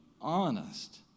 honest